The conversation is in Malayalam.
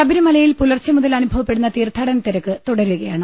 ശബരിമലയിൽ പുലർച്ചെമുതൽ അനുഭവപ്പെടുന്ന തീർത്ഥാടനതിരക്ക് തുടരുകയാണ്